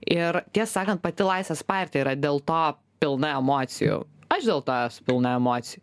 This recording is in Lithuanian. ir tiesą sakant pati laisvės partija yra dėl to pilna emocijų aš dėl to esu pilna emocijų